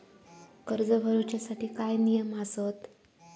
कर्ज भरूच्या साठी काय नियम आसत?